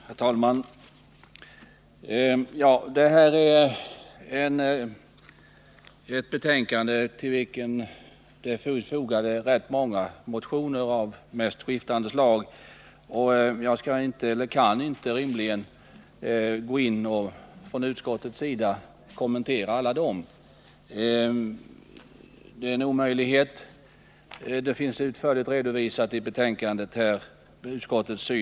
Herr talman! I utbildningsutskottets betänkande nr 20 behandlas rätt många motioner av de mest skiftande slag, och jag kan rimligen inte som representant för utskottet kommentera alla dessa. Utskottets syn på dem är utförligt redovisad i betänkandet.